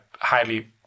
highly